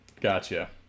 Gotcha